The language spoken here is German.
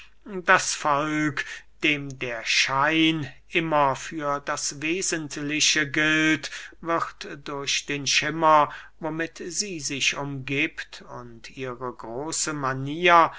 das volk dem der schein immer für das wesentliche gilt wird durch den schimmer womit sie sich umgiebt und ihre große manier